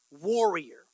warrior